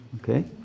Okay